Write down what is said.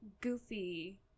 goofy